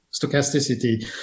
stochasticity